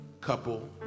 couple